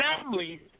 families